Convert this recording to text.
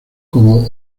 como